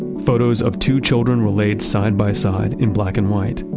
photos of two children relate side by side in black and white.